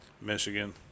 Michigan